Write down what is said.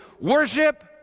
worship